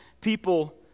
people